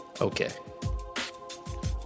okay